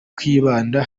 kwibanda